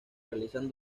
realizan